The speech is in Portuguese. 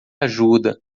ajuda